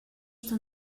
что